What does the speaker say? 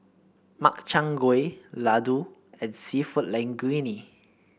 Makchang Gui Ladoo and seafood Linguine